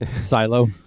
silo